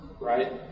right